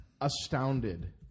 astounded